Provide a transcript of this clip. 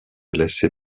laisser